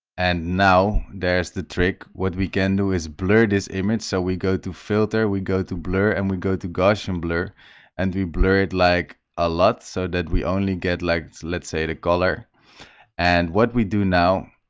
and now there's the trick what we can do is blur this image so we go to filter we go to blur and we go to gaussian blur and we blur it like a lot so that we only get like let's say the color and what we do now